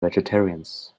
vegetarians